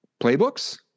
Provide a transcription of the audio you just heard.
playbooks